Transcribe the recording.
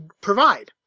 provide